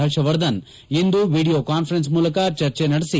ಹರ್ಷವರ್ಧನ್ ಇಂದು video conference ಮೂಲಕ ಚರ್ಚೆ ನಡೆಸಿ